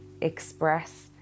express